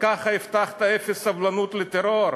ככה הבטחת אפס סובלנות לטרור?